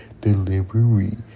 delivery